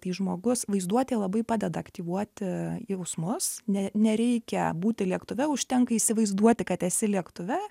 tai žmogus vaizduotė labai padeda aktyvuoti jausmus ne nereikia būti lėktuve užtenka įsivaizduoti kad esi lėktuve